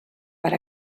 per